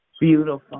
beautiful